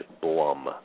Blum